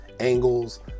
Angles